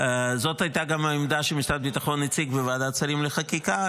זאת הייתה גם העמדה שמשרד הביטחון הציג בוועדת שרים לחקיקה.